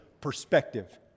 perspective